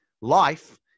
life